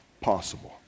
possible